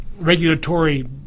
regulatory